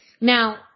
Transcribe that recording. Now